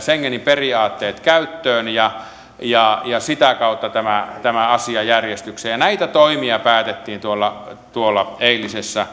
schengenin periaatteet käyttöön ja ja sitä kautta tämä tämä asia järjestykseen näitä toimia päätettiin tuolla tuolla eilisessä